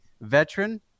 veteran